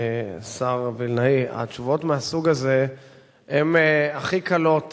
השר וילנאי, התשובות מהסוג הזה הן הכי קלות